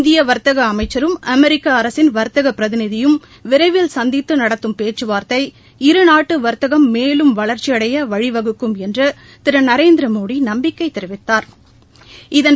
இந்தியவர்த்தகஅமைச்சரும் அமெரிக்கஅரசின் வர்த்தகபிரதிநிதியும் விரைவில் சந்தித்துநடத்தும் பேச்சுவாா்த்தை இருநாட்டுவா்த்தகம் மேலும் வளர்ச்சியடையவழிவகுக்கும் என்றுதிருநரேந்திரமோடிநம்பிக்கைதெரிவித்தாா்